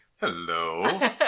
Hello